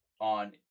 on